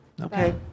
Okay